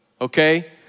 okay